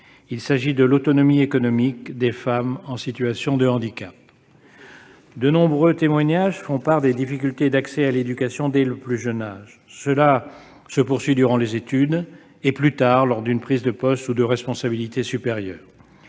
il s'agit de l'autonomie économique des femmes en situation de handicap. C'est essentiel ! De nombreux témoignages font part des difficultés d'accès à l'éducation, pour ces femmes, dès le plus jeune âge. Cela se poursuit durant les études et, plus tard, lors d'une prise de poste ou de responsabilités supérieures.